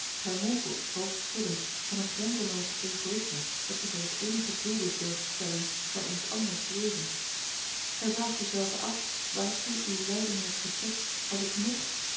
gij mompelt hoofdschuddend van een grenzenloos egoïsme dat zich als het eenige doelwit durft stellen van eens anders leven gij vraagt u zelve af waartoe uwe leiding heeft gestrekt als ik ng